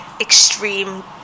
extreme